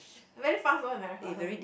very fast one very fast one